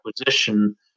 acquisition